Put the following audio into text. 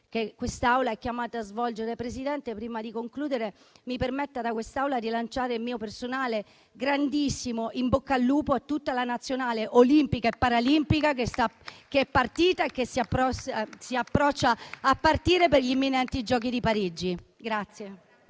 che questa Assemblea è chiamata a svolgere. Presidente, prima di concludere, mi permetta di rilanciare da quest'Aula il mio personale grandissimo in bocca al lupo a tutta la nazionale olimpica e paralimpica, che è partita o che sta per partire per gli imminenti giochi di Parigi.